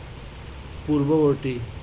পূৰ্ববৰ্তী